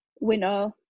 winner